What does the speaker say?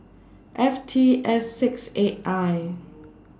F T S six eight I